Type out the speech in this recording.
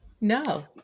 no